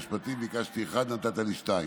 ביקשתי אחד, נתת לי שניים.